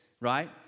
right